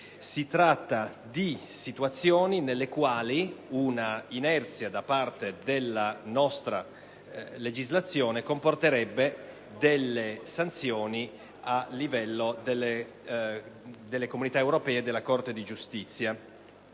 Si tratta di situazioni nelle quali un'inerzia nella nostra legislazione comporterebbe delle sanzioni a livello delle Comunità europee e della Corte di giustizia.